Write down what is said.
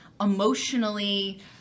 emotionally